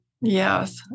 yes